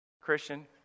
Christian